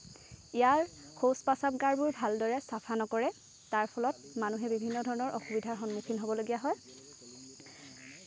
ইয়াৰ শৌচ প্ৰসাৱগাৰবোৰ ভালদৰে চাফা নকৰে তাৰ ফলত মানুহে বিভিন্ন ধৰণৰ অসুবিধাৰ সন্মুখীন হ'বলগীয়া হয়